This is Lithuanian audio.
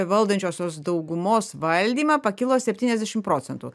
valdančiosios daugumos valdymą pakilo septyniasdešim procentų